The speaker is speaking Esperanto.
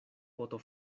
poto